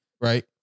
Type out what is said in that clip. right